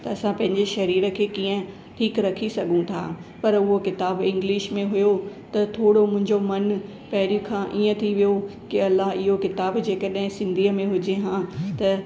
त असां पंहिंजे शरीरु खे कीअं ठीकु रखी सघूं था पर हूअ किताबु इंग्लिश में हुयो त थोरो मुंहिंजो मन पहिरीं खां ईअं थी वियो के अला इहो किताबु जे कॾहिं सिंधीअ में हुजे हा त